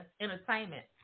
entertainment